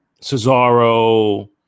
Cesaro